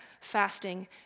fasting